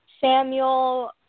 Samuel